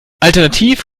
alternativ